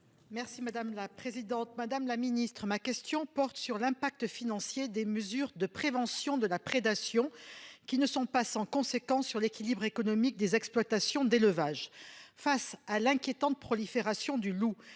alimentaire. Madame la ministre, ma question porte sur l'impact financier des mesures de prévention de la prédation, qui ne sont pas sans conséquence sur l'équilibre économique des exploitations d'élevage. Face à l'inquiétante prolifération du loup,